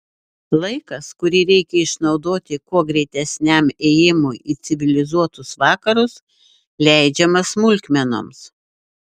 laikas kurį reikia išnaudoti kuo greitesniam ėjimui į civilizuotus vakarus leidžiamas smulkmenoms